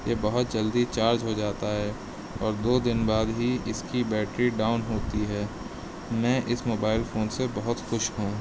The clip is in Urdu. یہ بہت جلدی چارج ہو جاتا ہے اور دو دن بعد ہی اس کی بیٹری ڈاؤن ہوتی ہے میں اس موبائل فون سے بہت خوش ہوں